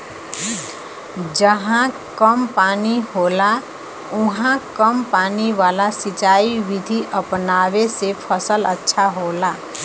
जहां कम पानी होला उहाँ कम पानी वाला सिंचाई विधि अपनावे से फसल अच्छा होला